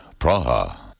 Praha